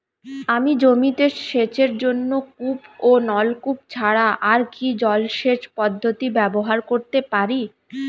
আমি জমিতে সেচের জন্য কূপ ও নলকূপ ছাড়া আর কি জলসেচ পদ্ধতি ব্যবহার করতে পারি?